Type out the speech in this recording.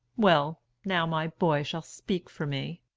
well! now my boy shall speak for me.